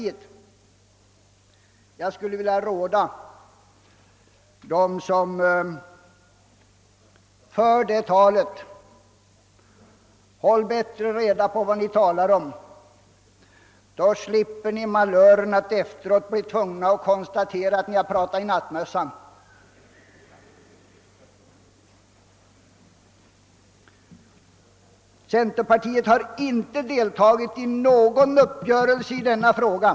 Men jag vill råda dem som för det talet: Håll bättre reda på vad ni talar om, så slipper ni att efteråt tvingas konstatera att ni har pratat i nattmössan! Centerpartiet har inte medverkat vid någon uppgörelse i denna fråga.